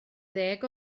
ddeg